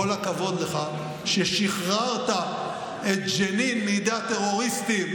כל הכבוד לך ששחררת את ג'נין מידי הטרוריסטים,